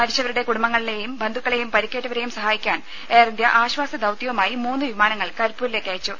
മരിച്ചവരുടെ കുടുംബങ്ങളെയും ബന്ധുക്കളെയും പരിക്കേറ്റവരെയും സഹായിക്കാൻ എയർ ഇന്ത്യ ആശ്വാസ ദൌത്യവുമായി മൂന്ന് വിമാനങ്ങൾ കരിപ്പൂരിലേക്കയച്ചു